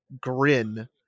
grin